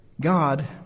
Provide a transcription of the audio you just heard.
God